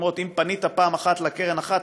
והן אומרות: אם פנית פעם אחת לקרן אחת